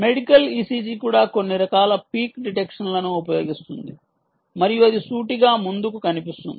medical ECG కూడా కొన్ని రకాల పీక్ డిటెక్షన్ను ఉపయోగిస్తుంది మరియు అది సూటిగా ముందుకు కనిపిస్తుంది